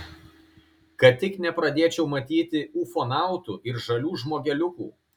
kad tik nepradėčiau matyti ufonautų ir žalių žmogeliukų